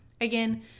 Again